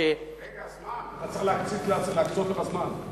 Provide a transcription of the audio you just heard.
אתה צריך להקצות לך זמן.